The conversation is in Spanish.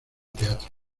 teatro